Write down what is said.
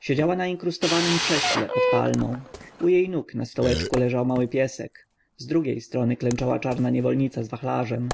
siedziała na inkrustowanem krześle pod palmą u jej nóg na stołeczku leżał mały piesek z drugiej strony klęczała czarna niewolnica z wachlarzem